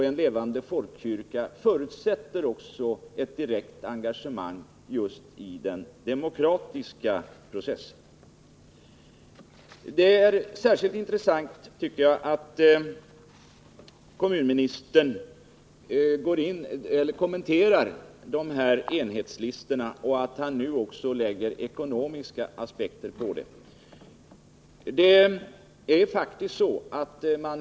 En levande folkkyrka förutsätter också ett direkt engagemang just när det gäller den demokratiska processen. Det är av särskilt intresse att kommunministern kommenterar dessa enhetslistor och att han nu här också anlägger ekonomiska aspekter.